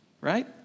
right